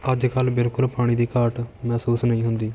ਅੱਜ ਕੱਲ੍ਹ ਬਿਲਕੁਲ ਪਾਣੀ ਦੀ ਘਾਟ ਮਹਿਸੂਸ ਨਹੀਂ ਹੁੰਦੀ